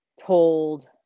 told